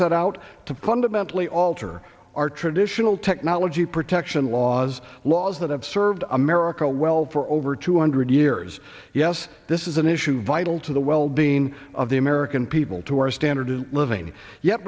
set out to fundamentally alter our traditional technology protection laws laws that have served america well for over two hundred years yes this is an issue vital to the well being of the american people to our standard of living ye